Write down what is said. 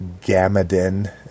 Gamadin